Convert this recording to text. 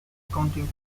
accounting